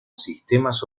sistemas